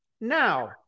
now